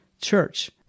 church